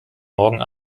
morgen